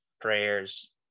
prayers